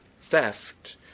theft